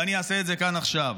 ואני אעשה את זה כאן עכשיו.